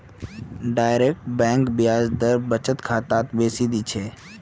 direct bank ब्याज दर बचत खातात बेसी दी छेक